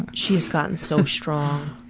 she has gotten so strong.